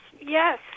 yes